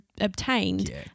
obtained